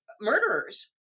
murderers